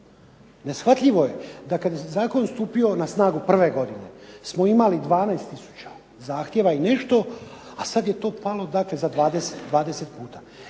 Neshvatljivo je da kad je zakon stupio na snagu prve godine smo imali 12 tisuća zahtjeva i nešto, a sad je to palo dakle za 20 puta.